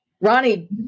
Ronnie